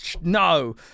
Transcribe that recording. no